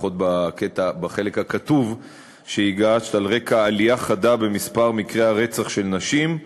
לפחות בחלק הכתוב שהגשת: "על רקע עלייה חדה במספר מקרי הרצח של נשים,